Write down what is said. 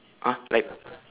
ah light